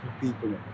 people